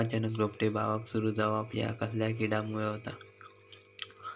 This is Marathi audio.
अचानक रोपटे बावाक सुरू जवाप हया कसल्या किडीमुळे जाता?